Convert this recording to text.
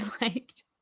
liked